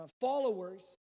followers